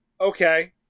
Okay